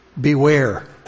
Beware